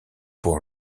pour